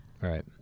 Right